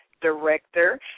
director